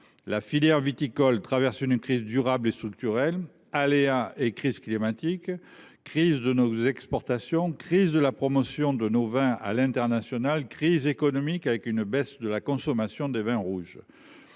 La filière viticole traverse une crise durable et structurelle : aléas et crises climatiques, crise de nos exportations, crise de la promotion de nos vins à l’international et crise économique en raison d’une baisse de la consommation des vins rouges.